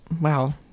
Wow